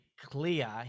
clear